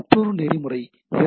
மற்றொரு நெறிமுறை எஸ்